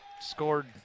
scored